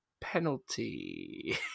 penalty